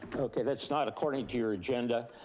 okay, that's not according to your agenda.